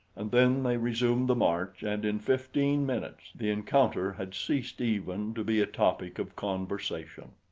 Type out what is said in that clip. and then they resumed the march and in fifteen minutes the encounter had ceased even to be a topic of conversation.